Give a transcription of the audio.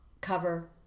cover